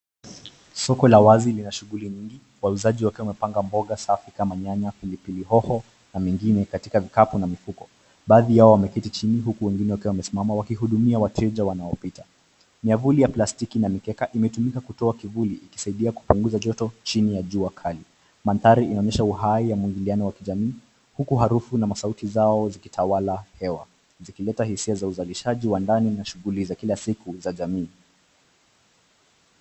Soko la wazi lina shughuli nyingi. Wauzaji wakiwa wamepanga mboga safi kama nyanya, pilipili hoho na mengine katika vikapu na mifuko. Baadhi yao wameketi chini huku wengine wakiwa wamesimama wakihudumia wateja wanaopita. Miavuli ya plastiki na mikeka imetumika kutoa kivuli, ikisaidia kupunguza joto chini ya jua kali. Mandhari inaonyesha uhai ya mwingiliano wa kijamii, huku harufu na masauti zao zikitawala hewa zikileta hisia za uzalishaji wa ndani na shughuli za kila siku za jamii.